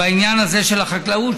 בעניין הזה של החקלאות.